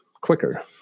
quicker